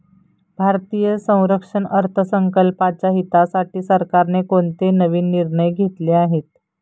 भारतीय संरक्षण अर्थसंकल्पाच्या हितासाठी सरकारने कोणते नवीन निर्णय घेतले आहेत?